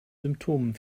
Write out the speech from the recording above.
symptomen